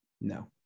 no